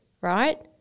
right